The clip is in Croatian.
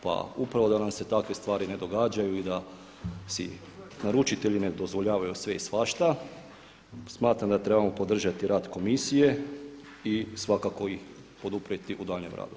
Pa upravo da nam se takve stvari ne događaju i da si naručitelji ne dozvoljavaju sve i svašta smatram da trebamo podržati rad Komisije i svakako ih poduprijeti u daljnjem radu.